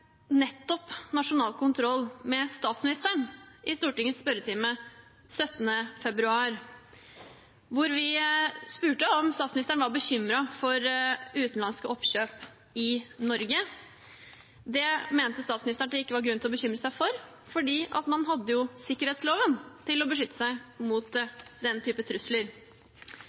nettopp nasjonal kontroll med statsministeren i Stortingets spørretime den 17. februar, hvor vi spurte om statsministeren var bekymret for utenlandske oppkjøp i Norge. Det mente statsministeren det ikke var grunn til å bekymre seg for fordi man hadde sikkerhetsloven til å beskytte oss mot den typen trusler.